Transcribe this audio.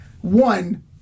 One